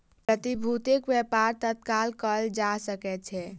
प्रतिभूतिक व्यापार तत्काल कएल जा सकै छै